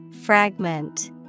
Fragment